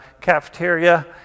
cafeteria